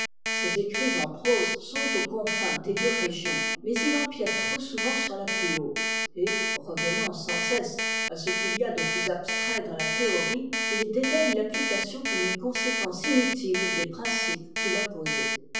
ses écrits en prose sont aux contins des deux régions mais il empiète trop souvent sur la plus haute et revenant sans cesse à ce qu'il y a de plus abstrait dans la théorie il dédaigne l'application comme une conséquence inutile des principes qu'il a posés